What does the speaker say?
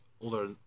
older